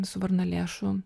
su varnalėšų